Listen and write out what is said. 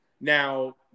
Now